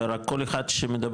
רק כל אחד שמדבר,